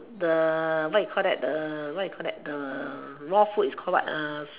the what you call that what you call that raw food is call what